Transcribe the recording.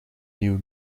nieuwe